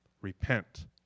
repent